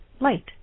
light